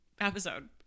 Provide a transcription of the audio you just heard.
episode